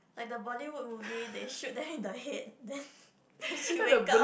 like the Bollywood movie they shoot them in the head then then she wake up